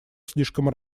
слишком